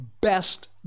best